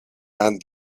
and